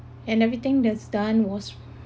and everything that's done was